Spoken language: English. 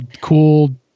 cool